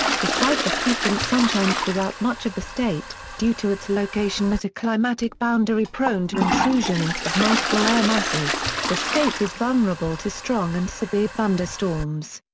despite the frequent sunshine throughout much of the state, due to its location at a climatic boundary prone to intrusions of multiple air masses, the state is vulnerable to strong and severe thunderstorms.